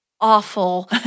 Awful